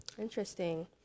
interesting